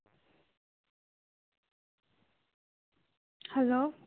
hello